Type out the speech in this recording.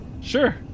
Sure